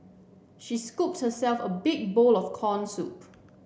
she scoop herself a big bowl of corn soup